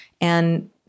And-